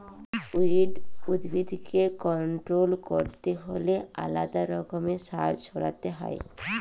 weed উদ্ভিদকে control ক্যরতে হ্যলে আলেদা রকমের সার ছড়াতে হ্যয়